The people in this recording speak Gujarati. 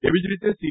એવી જ રીતે સી